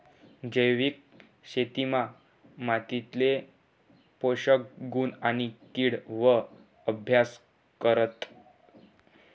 जैविक शेतीमा मातीले पोषक गुण आणि किड वर अभ्यास करतस